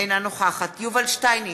אינה נוכחת יובל שטייניץ,